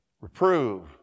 Reprove